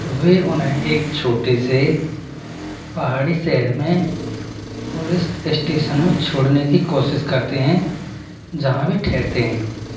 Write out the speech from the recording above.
वे उन्हें एक छोटे से पहाड़ी शहर में पुलिस इस्टेशन में छोड़ने की कोशिश करते हैं जहाँ वे ठहरते हैं